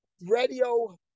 radio